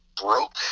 broke